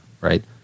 Right